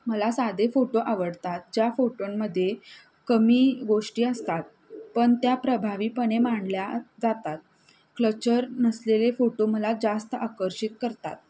मला साधे फोटो आवडतात ज्या फोटोंमध्ये कमी गोष्टी असतात पण त्या प्रभावीपणे मांडल्या जातात क्लचर नसलेले फोटो मला जास्त आकर्षित करतात